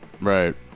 Right